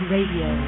Radio